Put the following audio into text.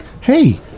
hey